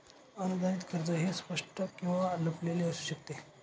अनुदानित कर्ज हे स्पष्ट किंवा लपलेले असू शकते